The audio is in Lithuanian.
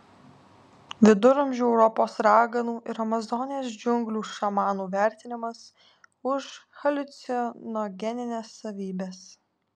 viduramžių europos raganų ir amazonės džiunglių šamanų vertinamas už haliucinogenines savybes